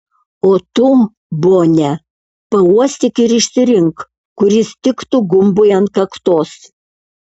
o tu bone pauostyk ir išsirink kuris tiktų gumbui ant kaktos